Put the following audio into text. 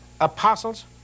apostles